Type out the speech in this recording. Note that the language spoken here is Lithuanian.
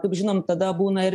kaip žinom tada būna ir